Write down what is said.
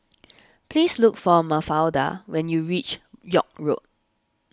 please look for Mafalda when you reach York Road